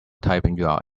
typing